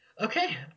Okay